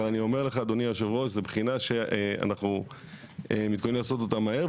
אבל זוהי בחינה שאנחנו מתכוונים לעשות מהר,